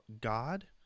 God